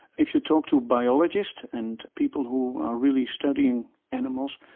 if you talk to a biologist and people who are really studying animals,